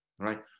right